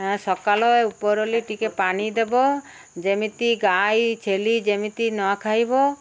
ସକାଳ ଉପରଓଳି ଟିକେ ପାଣି ଦେବ ଯେମିତି ଗାଈ ଛେଳି ଯେମିତି ନଖାଇବ